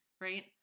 right